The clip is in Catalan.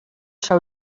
seu